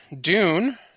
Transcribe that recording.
Dune